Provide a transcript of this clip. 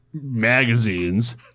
Magazines